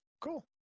Cool